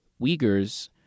Uyghurs